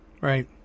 right